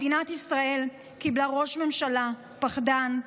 מדינת ישראל קיבלה ראש ממשלה פחדן,